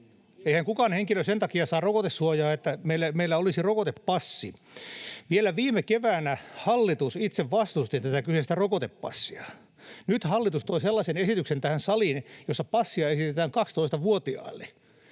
Eihän kukaan henkilö sen takia saa rokotesuojaa, että meillä olisi rokotepassi. [Hannu Hoskosen välihuuto] Vielä viime keväänä hallitus itse vastusti tätä kyseistä rokotepassia. Nyt hallitus tuo tähän saliin sellaisen esityksen, jossa passia esitetään 12-vuotiaille.